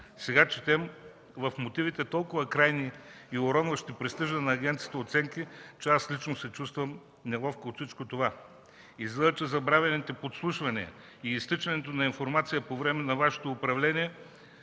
Сега четем в мотивите толкова крайни и уронващи престижа на агенцията оценки, че аз лично се чувствам неловко от всичко това. Излиза, че са забравени подслушването и изтичането на информация по време на Вашето управление.